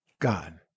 God